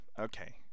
okay